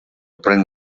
bring